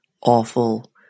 awful